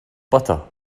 butter